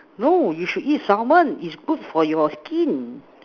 no you should eat Salmon is good for your skin